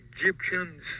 Egyptians